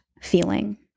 feeling